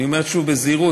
אני אומר שוב בזהירות,